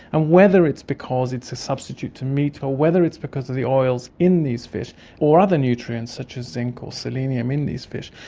and whether it's because it's a substitute to meat or whether it's because of the oils in these fish or other nutrients such as zinc or selenium in these fish,